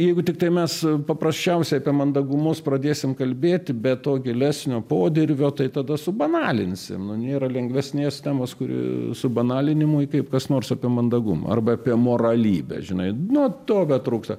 jeigu tiktai mes paprasčiausiai apie mandagumus pradėsim kalbėti be to gilesnio podirvio tai tada subanalinsim nu nėra lengvesnės temos kuri subanalinimui kaip kas nors apie mandagumą arba apie moralybę žinai nu to betrūksta